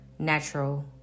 natural